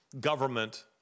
government